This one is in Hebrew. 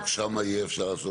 רק שם יהיה אפשר לעשות?